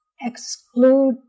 exclude